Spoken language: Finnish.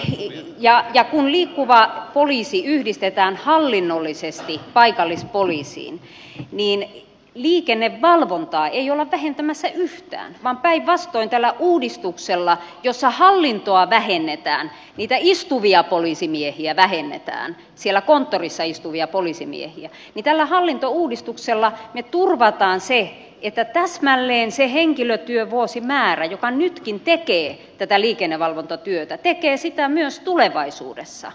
ja kun liikkuva poliisi yhdistetään hallinnollisesti paikallispoliisiin niin liikennevalvontaa ei olla vähentämässä yhtään vaan päinvastoin tällä hallintouudistuksella jossa hallintoa vähennetään niitä istuvia poliisimiehiä siellä konttorissa istuvia poliisimiehiä vähennetään me turvaamme sen että täsmälleen se henkilötyövuosimäärä joka nytkin tekee tätä liikennevalvontatyötä tekee sitä myös tulevaisuudessa